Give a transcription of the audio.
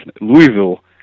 Louisville